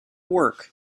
work